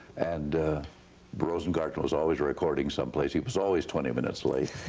and rosengarden was always recording someplace, he was always twenty minutes late,